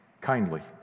kindly